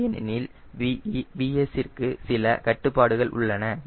ஏனெனில் VS ற்கு சில கட்டுப்பாடுகள் உள்ளன